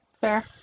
Fair